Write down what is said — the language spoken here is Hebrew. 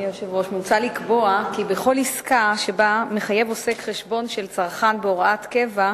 מוצע לקבוע כי בכל עסקה שבה מחייב עוסק חשבון של צרכן בהוראת קבע,